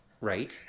Right